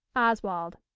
oswald.